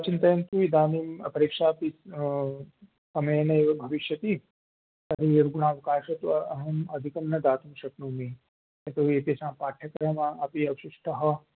चिन्तयन्तु इदानीं परीक्षा अपि अनेनैव भविष्यति तर्हि रुग्णावकाशः तु अहं अधिकं न दातुं शक्नोमि यतो हि एतेषां पाठ्यक्रमः अपि अवशिष्टः